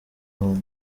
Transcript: home